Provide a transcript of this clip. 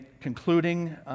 concluding